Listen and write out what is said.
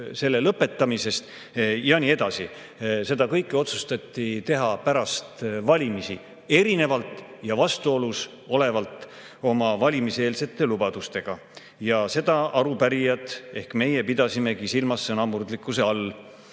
lõpetamisest ja nii edasi. Seda kõike otsustati teha pärast valimisi, vastuolus oma valimiseelsete lubadustega. Ja seda arupärijad ehk meie pidasimegi silmas sõnamurdlikkuse all.